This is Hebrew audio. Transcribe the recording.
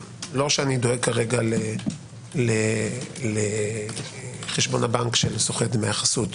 דואג כרגע לחשבון הבנק של סוחט דמי החסות.